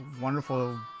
wonderful